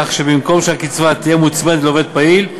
כך שבמקום שהקצבה תהיה מוצמדת לעובד פעיל,